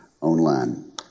Online